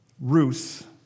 Ruth